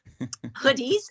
hoodies